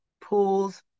pools